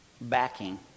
backing